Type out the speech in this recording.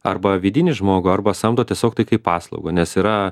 arba vidinį žmogų arba samdo tiesiog tai kaip paslaugą nes yra